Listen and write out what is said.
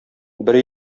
бер